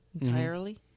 entirely